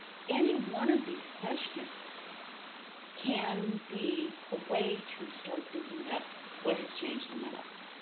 any one of these questions can be a way to start thinking about what has changed in my life.